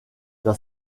dans